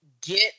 get